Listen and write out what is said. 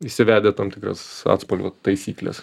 įsivedę tam tikras atspalvio taisykles